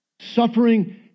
suffering